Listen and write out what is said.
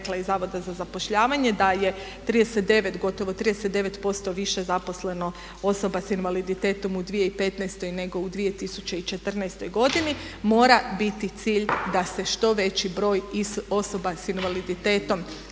zavoda za zapošljavanje da je gotovo 39% više zaposleno osoba s invaliditetom u 2015. nego u 2014. godini. Mora biti cilj da se što veći broj osoba s invaliditetom